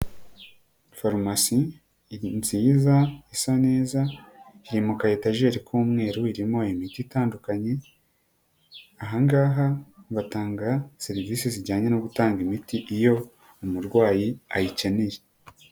Farumasi nziza isa neza iri muka etajeri k'umweru irimo imiti itandukanye, ahangaha batanga serivisi zijyanye no gutanga imiti iyo umurwayi ayikeneye.